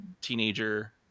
teenager